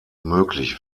möglich